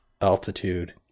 altitude